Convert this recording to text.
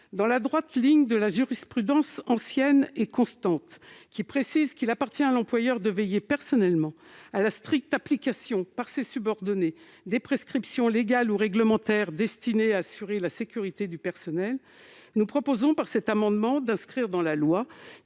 Dans la droite ligne d'une jurisprudence ancienne et constante qui précise qu'il appartient à l'employeur de veiller personnellement à la stricte application, par ses subordonnés, des prescriptions légales ou réglementaires destinées à assurer la sécurité du personnel, nous proposons par cet amendement d'inscrire dans la loi